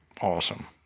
awesome